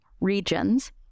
regions